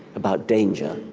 about danger.